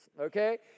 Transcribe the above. okay